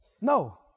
no